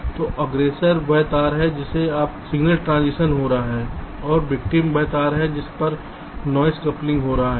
तोअग्ग्रेसर वह तार है जिस पर सिग्नल ट्रांजिशन हो रहा है और विक्टिम victim वह तार है जिस पर नॉइस कपलिंग हो रहा है